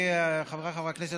חבריי חברי הכנסת,